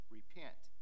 Repent